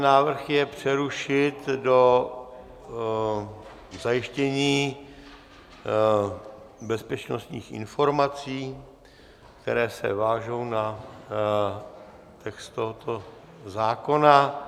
Návrh je přerušit do zajištění bezpečnostních informací, kterou se vážou na text tohoto zákona...